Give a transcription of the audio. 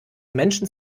menschen